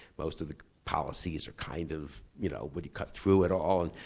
most of the policies are kind of, you know when you cut through it all. and